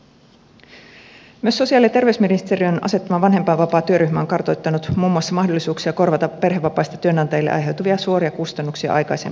myös sosiaali ja terveysministeriön asettama vanhempainvapaatyöryhmä on kartoittanut muun muassa mahdollisuuksia korvata perhevapaista työnantajille aiheutuvia suoria kustannuksia aikaisempaa paremmin